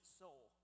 soul